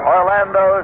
Orlando